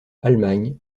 allemagne